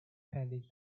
pending